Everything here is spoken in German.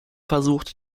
versucht